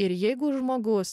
ir jeigu žmogus